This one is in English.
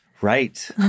Right